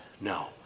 No